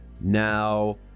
now